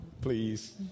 please